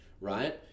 right